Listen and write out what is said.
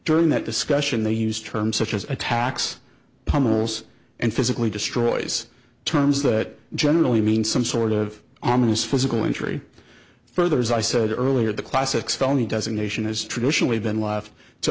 during that discussion they use terms such as attacks pummels and physically destroys terms that generally mean some sort of ominous physical injury further as i said earlier the classic phony doesn't nation has traditionally been left to